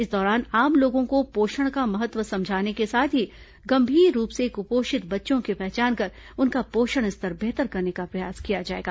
इस दौरान आम लोगों को पोषण का महत्व समझाने के साथ ही गंभीर रूप से कुपोषित बच्चों की पहचान कर उनका पोषण स्तर बेहतर करने का प्रयास किया जाएगा